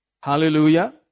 Hallelujah